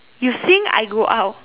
you sing I go out